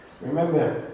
remember